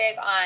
on